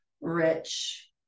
rich